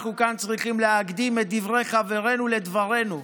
אנחנו כאן צריכים להקדים את דברי חברינו לדברינו.